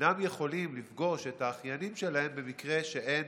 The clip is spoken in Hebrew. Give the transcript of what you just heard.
אינם יכולים לפגוש את האחיינים שלהם, במקרה שאין